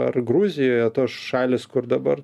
ar gruzijoje tos šalys kur dabar